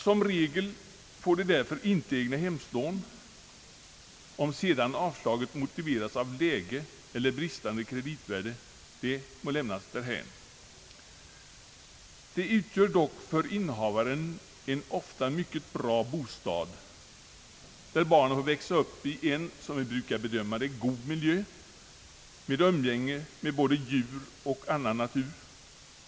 Som regel får de därför inte egnahemslån — om sedan avslaget motiveras av läge eller bristande kreditvärde, må lämnas därhän. Dessa fastigheter ger dock innehavaren en ofta mycket bra bostad, där barnen får växa upp i en, som vi brukar bedöma det, god miljö med umgänge med både djur och annan natur.